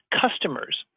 customers